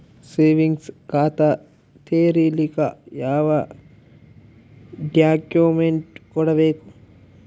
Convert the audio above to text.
Savings ಖಾತಾ ತೇರಿಲಿಕ ಯಾವ ಡಾಕ್ಯುಮೆಂಟ್ ಕೊಡಬೇಕು?